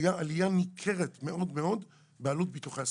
צפויה עלייה ניכרת מאוד בעלות ביטוחי הסיעוד.